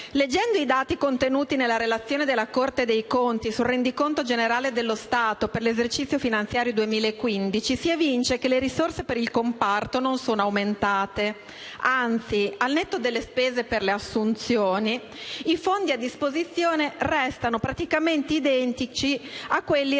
Leggendo i dati contenuti nella relazione della Corte dei conti sul rendiconto generale dello Stato per l'esercizio finanziario 2015, si evince che le risorse per il comparto non sono aumentate, anzi, al netto delle spese per le assunzioni, i fondi a disposizione restano praticamente identici a quelli relativi